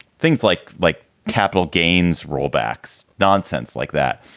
things like like capital gains rollbacks, nonsense like that.